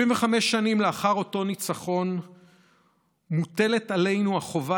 75 שנים לאחר אותו ניצחון מוטלת עלינו החובה